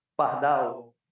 Pardal